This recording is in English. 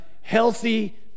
healthy